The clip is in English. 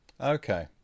okay